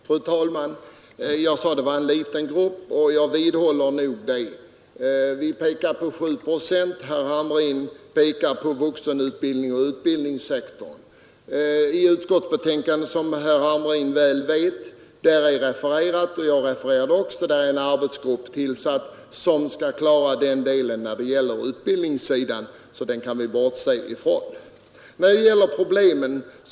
Fru talman! Jag sade att det här gällde en liten grupp, och det vidhåller jag — vi pekar på sju procent. Herr Hamrin talar emellertid om vuxenutbildningen och utbildningssektorn. Men som herr Hamrin väl vet är det refererat i utskottets betänkande — och det framhöll jag också här — att en arbetsgrupp är tillsatt som skall klara den delen som rör utbildningssidan. Den kan vi alltså bortse från.